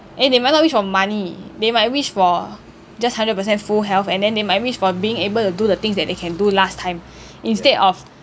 eh they might not wish for money they might wish for just hundred percent full health and then they might wish for being able to do the things that they can do last time instead of